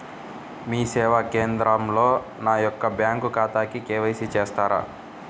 మీ సేవా కేంద్రంలో నా యొక్క బ్యాంకు ఖాతాకి కే.వై.సి చేస్తారా?